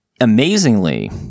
amazingly